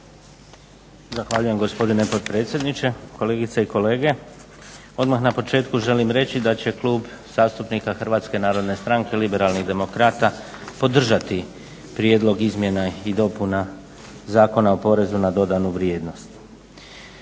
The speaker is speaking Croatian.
Zahvaljujem gospodine potpredsjedniče, kolegice i kolege. Odmah na početku želim reći da će Klub zastupnika Hrvatske narodne stranke Liberalnih demokrata podržati Prijedlog izmjena i dopuna Zakona o porezu na dodanu vrijednost.